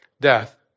death